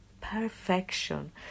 perfection